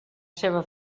seva